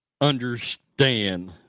understand